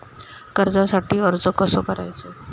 कर्जासाठी अर्ज कसो करायचो?